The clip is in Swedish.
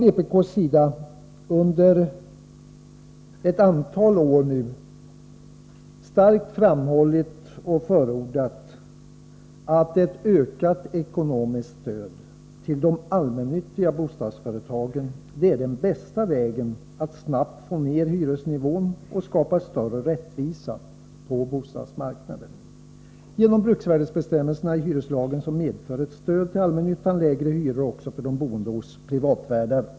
Vpk har under ett antal år förordat ett ökat ekonomiskt stöd till de allmännyttiga bostadsföretagen som den bästa vägen att snabbt få ner hyresnivån och skapa större rättvisa på bostadsmarknaden. Genom bruksvärdesbestämmelserna i hyreslagen medför ett stöd till allmännyttan lägre hyror också för boende hos privatvärdar.